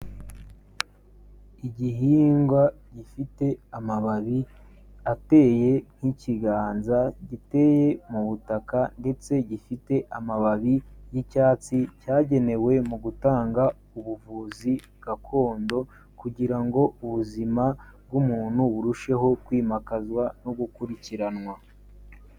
Igihingwa gifite amababi ateye nk'ikiganza giteye mu butaka ndetse gifite amababi y'icyatsi, cyagenewe mu gutanga ubuvuzi gakondo kugira ngo ubuzima bw'umuntu burusheho kwimakazwa no gukurikiranwa.